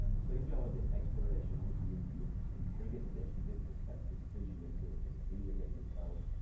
and so and ah data exploration obviously you've you've interrogated the data from different perspectives visually to to see the data yourself.